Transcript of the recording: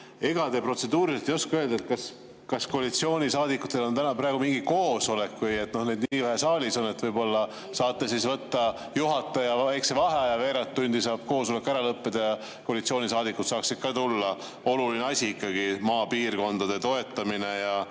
Ega te protseduuriliselt ei oska öelda, kas koalitsioonisaadikutel on täna praegu mingi koosolek, et neid nii vähe saalis on? Võib‑olla saate siis võtta väikse juhataja vaheaja, veerand tundi, saab koosolek ära lõppeda ja koalitsioonisaadikud saaksid saali tulla? Oluline asi ikkagi – maapiirkondade toetamine ja